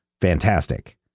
fantastic